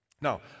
Now